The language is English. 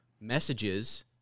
messages